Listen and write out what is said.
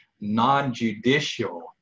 non-judicial